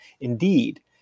Indeed